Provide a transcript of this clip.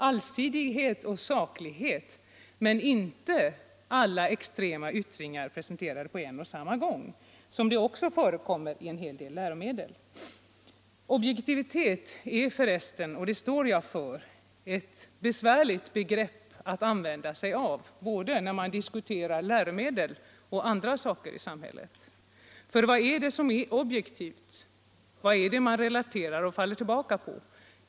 Allsidighet och saklighet men inte alla extrema yttringar presenterade på en och samma gång, något som ju också förekommer i en hel del läromedel. Objektivitet är förresten, och det står jag för, ett besvärligt begrepp Nr 102 att använda sig av både när man diskuterar läromedel och i fråga om Onsdagen den andra saker i samhället. För vad är det som är objektivt? Vad är det 7 april 1976 man relaterar till och faller tillbaka på?